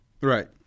Right